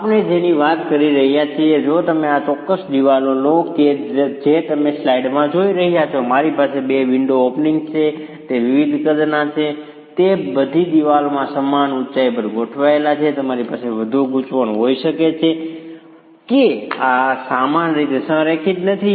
આપણે જેની વાત કરી રહ્યા છીએ જો તમે આ ચોક્કસ દિવાલ લો કે જે તમે સ્લાઇડમાં જોઈ રહ્યા છો મારી પાસે બે વિન્ડો ઓપનિંગ્સ છે તે વિવિધ કદના છે તે બધી દિવાલમાં સમાન ઊંચાઈ પર ગોઠવાયેલ છે તમારી પાસે વધુ ગૂંચવણ હોઈ શકે છે કે આ સમાન રીતે સંરેખિત નથી